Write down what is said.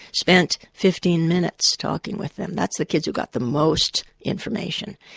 spent fifteen minutes talking with them, that's the kids who got the most information.